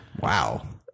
Wow